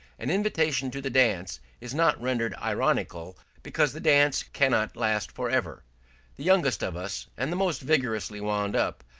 an invitation to the dance is not rendered ironical because the dance cannot last for ever the youngest of us and the most vigorously wound up,